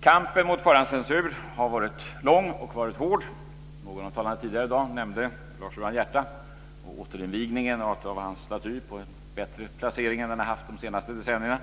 Kampen mot förhandscensur har varit lång och hård. Någon av de tidigare talarna i dag nämnde Lars Johan Hierta och återinvigningen av hans staty på en bättre plats än den haft under de senaste decennierna.